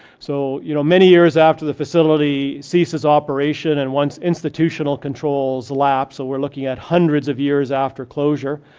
so, you know, many years after the facility ceases operation, and once institutional controls lapse, so we're looking at hundreds of years after closure.